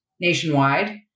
nationwide